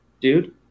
dude